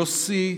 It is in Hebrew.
יוסי,